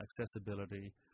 accessibility